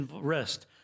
rest